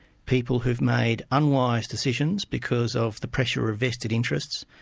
people who've made unwise decisions because of the pressure of vested interests.